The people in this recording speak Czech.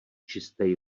čistej